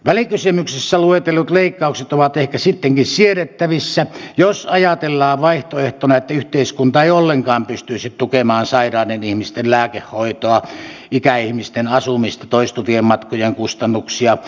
välikysymyksessä luetellut leikkaukset ovat ehkä sittenkin siedettävissä jos ajatellaan vaihtoehtona että yhteiskunta ei ollenkaan pystyisi tukemaan sairaiden ihmisten lääkehoitoa ikäihmisten asumista toistuvien matkojen kustannuksia